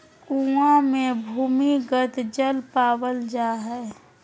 कुआँ मे भूमिगत जल पावल जा हय